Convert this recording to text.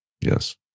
Yes